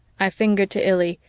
i fingered to illy,